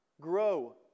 grow